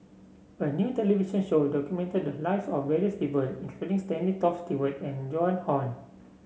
a new television show documented the lives of various people including Stanley Toft Stewart and Joan Hon